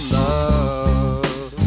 love